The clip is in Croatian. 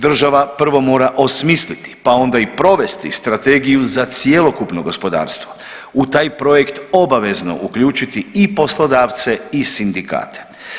Država prvo mora osmisliti, pa onda i provesti strategiju za cjelokupno gospodarstvo u taj projekt obavezno uključiti i poslodavce i sindikate.